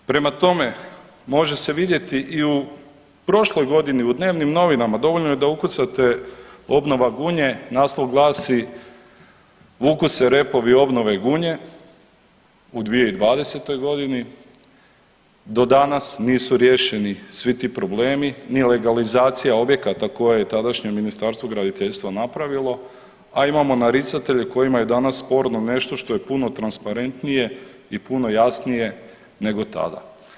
Prema tome, može se vidjeti i u prošloj godini u dnevnim novinama dovoljno je da ukucate obnova Gunje, naslov glasi Vuku se repovi obnove Gunje, u 2020. godini do danas nisu riješeni svi ti problemi, ni legalizacija objekata koje je tadašnje Ministarstvo graditeljstva napravilo, a imamo naricatelje kojima je danas sporno nešto što je puno transparentnije i puno jasnije nego tada.